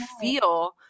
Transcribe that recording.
feel